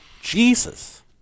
Jesus